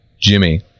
Jimmy